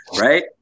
Right